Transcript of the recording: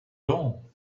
dawn